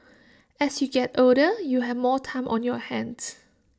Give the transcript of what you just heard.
as you get older you have more time on your hands